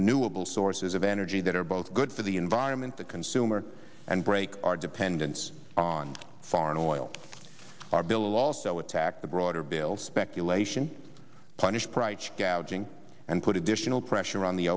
renewable sources of energy that are both good for the environment the consumer and break our dependence on foreign oil far below last so attack the broader bail speculation punish price gouging and put additional pressure on the